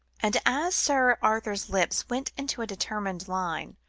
and as sir arthur's lips went into a determined line,